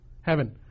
heaven